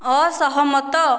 ଅସହମତ